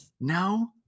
No